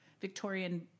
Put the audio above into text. Victorian